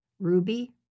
Ruby